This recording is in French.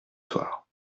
soir